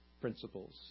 principles